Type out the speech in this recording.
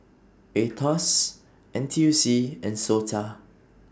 Aetos Ntuc and Sota